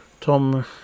Tom